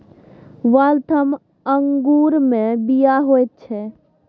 Waltham अंगूरमे बीया होइत छै